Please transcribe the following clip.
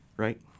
right